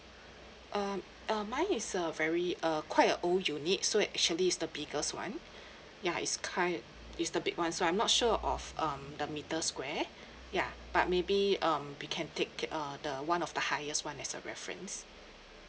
um uh mine is a very uh quite a old unit so it actually is the biggest [one] ya is kind is the big [one] so I'm not sure of um the meter square ya but maybe um we can take it uh the one of the highest [one] as a reference